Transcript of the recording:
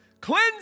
Cleanse